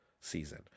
season